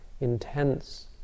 Intense